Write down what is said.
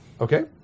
Okay